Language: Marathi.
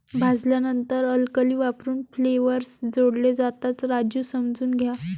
भाजल्यानंतर अल्कली वापरून फ्लेवर्स जोडले जातात, राजू समजून घ्या